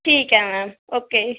ਠੀਕ ਹੈ ma'am okay